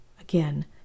Again